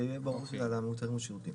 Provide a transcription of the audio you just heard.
שיהיה ברור שזה על המוצרים והשירותים.